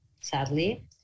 sadly